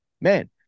man